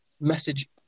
message